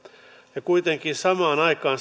ja kuitenkin samaan aikaan